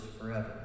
forever